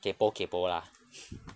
kaypoh kaypoh lah